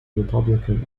republican